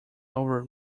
over